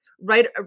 right